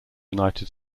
united